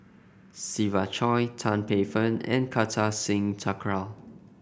Siva Choy Tan Paey Fern and Kartar Singh Thakral